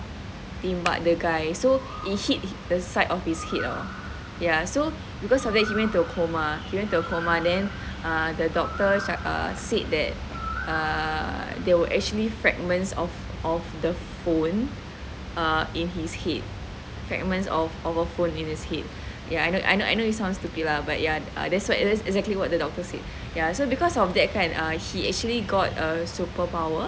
tembak the the guy so he hit the side of his head ah ya so because of that he went to a coma then the doctors said that there were actually fragments of of the phone err in his head fragments of a phone in his head ya I know I know I know it sounds stupid lah but ya this what is actually what the doctor said ya so because of that he actually got a superpower